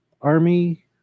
army